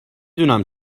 دونم